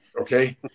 Okay